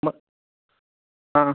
मग हां